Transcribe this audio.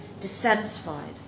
dissatisfied